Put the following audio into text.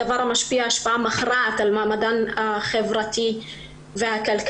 הדבר משפיע השפעה מכרעת על מעמדן החברתי והכלכלי,